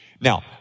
Now